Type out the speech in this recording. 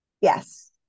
Yes